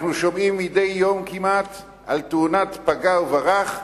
אנחנו שומעים מדי יום כמעט על תאונת פגע וברח,